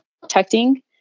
protecting